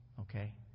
okay